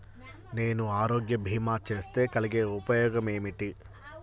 నేను ఆరోగ్య భీమా చేస్తే కలిగే ఉపయోగమేమిటీ?